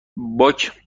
باک